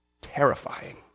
Terrifying